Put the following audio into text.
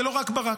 זה לא רק ברק.